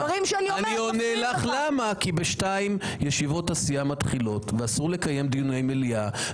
כי ב-14:00 ישיבות הסיעה מתחילות ואסור לקיים דיוני מליאה,